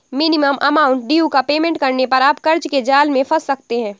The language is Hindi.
मिनिमम अमाउंट ड्यू का पेमेंट करने पर आप कर्ज के जाल में फंस सकते हैं